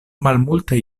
malmultaj